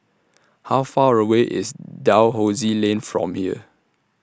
How Far away IS Dalhousie Lane from here